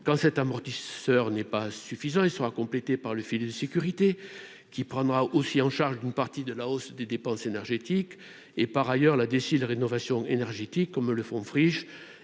quand cet amortisseur n'est pas suffisant, il sera complété par le filet de sécurité qui prendra aussi en charge d'une partie de la hausse des dépenses énergétiques, et par ailleurs la décide rénovation énergétique comme le font friche